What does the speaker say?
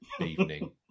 evening